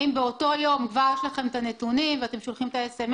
האם כבר באותו יום יש לכם את הנתונים ואתם שולחים את ההודעות,